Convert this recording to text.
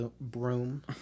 broom